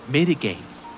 Mitigate